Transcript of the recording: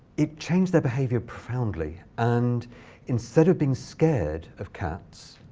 it changed their behavior profoundly. and instead of being scared of cats,